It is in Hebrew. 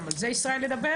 גם על זה ישראל ידבר,